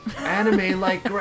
anime-like